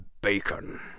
Bacon